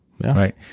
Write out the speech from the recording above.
Right